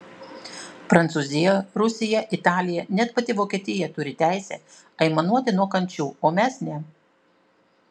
prancūzija rusija italija net pati vokietija turi teisę aimanuoti nuo kančių o mes ne